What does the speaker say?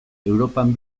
europan